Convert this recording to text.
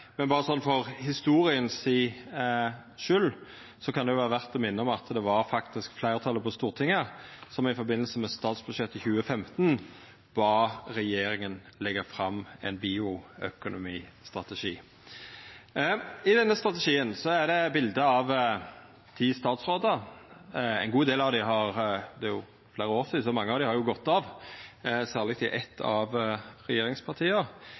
men med tanke på historia kan det vera verd å minna om at det faktisk var fleirtalet på Stortinget som, i samband med behandlinga av statsbudsjettet for 2015, bad regjeringa leggja fram ein bioøkonomistrategi. I denne strategien er det bilde av ti statsrådar. Det er jo fleire år sidan, så mange av dei har gått av, særleg i eitt av regjeringspartia.